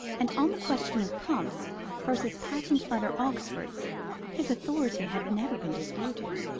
and on the question of pumps versus patent-leather oxfords his authority had never been disputed.